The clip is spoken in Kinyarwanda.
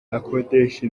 akodesha